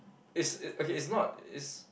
is okay is not is